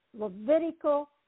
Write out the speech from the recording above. levitical